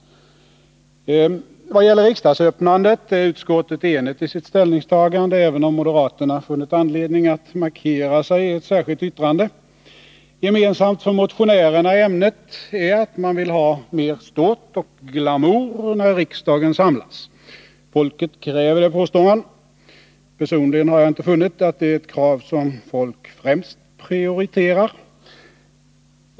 Vad gäller riksdagsöppnandet är utskottet enigt i sitt ställningstagande, även om moderaterna funnit anledning att markera sig i ett särskilt yttrande. Gemensamt för motionärerna i ämnet är att de vill ha mer ståt och glamour när riksdagen samlas. Folket kräver det, påstår man. Personligen har jag inte funnit att det är ett krav som folk främst prioriterar.